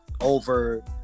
over